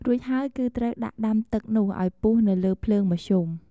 រួចហើយគឺត្រូវដាក់ដាំទឹកនោះឱ្យពុះនៅលើភ្លើងមធ្យម។